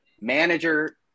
manager